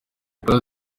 polly